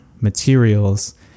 materials